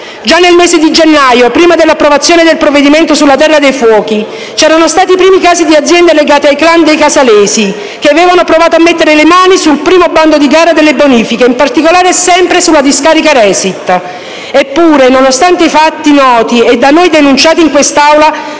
Già nel mese di gennaio, prima dell'approvazione del provvedimento sulla terra dei fuochi, c'erano stati i primi casi di aziende legate al *clan* dei casalesi che avevano provato a mettere le mani sul primo bando di gara delle bonifiche, in particolare sempre sulla discarica Resit. Eppure, nonostante i fatti noti e da noi denunciati in quest'Aula,